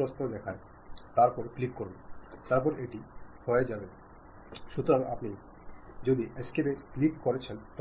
വാക്കുകൾ നമ്മുടെ സൂചകങ്ങളാണ് ചിഹ്നങ്ങളിലൂടെയും നമുക്ക് ആശയവിനിമയം നടത്താൻ കഴിയും എന്നാൽ